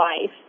life